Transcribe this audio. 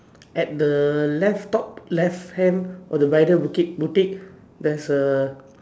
at the left top left hand of the bridal bouqite boutique theres a